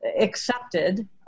accepted